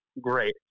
great